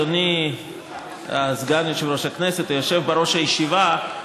אדוני סגן יושב-ראש הכנסת היושב בראש הישיבה,